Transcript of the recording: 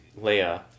Leia